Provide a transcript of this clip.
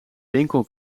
winkel